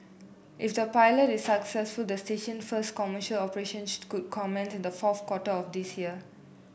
if the pilot is successful the station first commercial operations could comment in the fourth quarter of this year